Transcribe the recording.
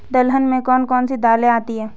दलहन में कौन कौन सी दालें आती हैं?